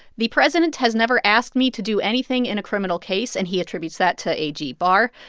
the president has never asked me to do anything in a criminal case and he attributes that to ag barr.